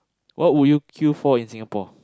what would queue for in Singapore